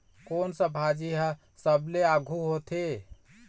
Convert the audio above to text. कोन सा भाजी हा सबले आघु होथे?